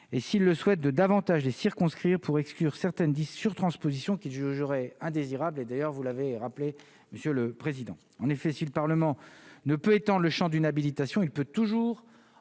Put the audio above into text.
et s'il le souhaite, de davantage les circonscrire pour exclure certaines disent surtransposition qu'il jugerait indésirables et d'ailleurs, vous l'avez rappelé monsieur le président, en effet, si le Parlement ne peut étend le Champ d'une habilitation, il peut toujours